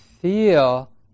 feel